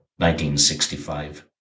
1965